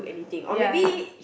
ya ya